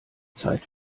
zeit